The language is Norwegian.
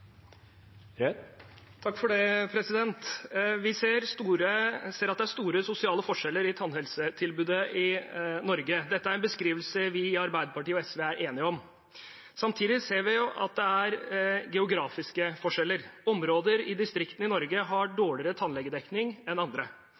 Det blir replikkordskifte. Vi ser at det er store sosiale forskjeller i tannhelsetilbudet i Norge. Dette er en beskrivelse vi i Arbeiderpartiet og SV er enige om. Samtidig ser vi at det er geografiske forskjeller. Områder i distriktene i Norge har